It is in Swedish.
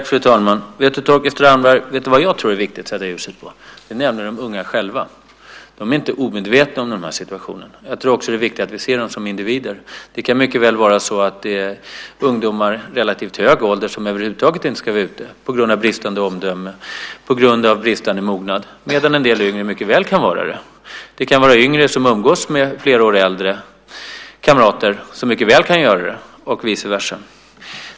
Fru talman! Vet du vad jag tror är viktigt att sätta ljuset på, Torkild Strandberg? Det är de unga själva. De är inte omedvetna om den här situationen. Jag tror också att det är viktigt att vi ser dem som individer. Det kan mycket väl vara så att det är ungdomar i relativt hög ålder som över huvud taget inte ska vara ute, på grund av bristande omdöme och bristande mognad, medan en del yngre mycket väl kan vara det. Det kan vara yngre som umgås med flera år äldre kamrater som mycket väl kan göra det och vice versa.